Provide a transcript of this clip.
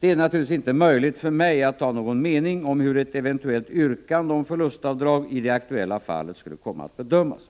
Det är naturligtvis inte möjligt för mig att ha någon mening om hur ett eventuellt yrkande om förlustavdrag i det aktuella fallet skulle komma att bedömas.